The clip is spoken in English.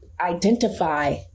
identify